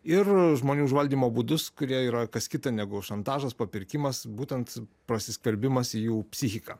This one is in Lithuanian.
ir žmonių užvaldymo būdus kurie yra kas kita negu šantažas papirkimas būtent prasiskverbimas į jų psichiką